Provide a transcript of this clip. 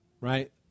right